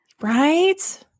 Right